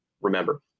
remember